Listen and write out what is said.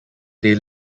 they